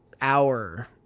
hour